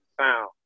sound